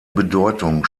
bedeutung